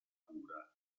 cura